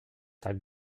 tak